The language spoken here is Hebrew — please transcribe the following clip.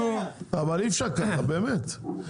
אבל אי אפשר ככה, באמת.